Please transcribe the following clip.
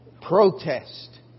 protest